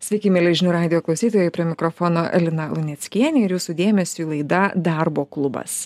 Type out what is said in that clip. sveiki mieli žinių radijo klausytojai prie mikrofono lina luneckienė ir jūsų dėmesiui laida darbo klubas